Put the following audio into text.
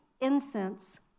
incense